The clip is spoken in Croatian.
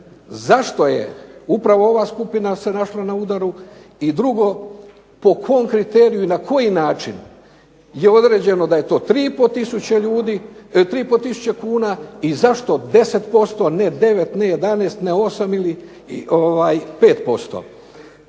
zašto se upravo ova skupina našla na udaru? I drugo, po kom kriteriju i na koji način je određeno da je to 3 i pol tisuće kuna i zašto 10%, a ne 9, ne 11, ne 8 ili 5%.